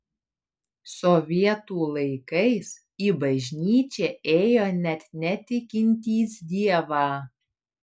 sovietų laikais į bažnyčią ėjo net netikintys dievą